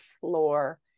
floor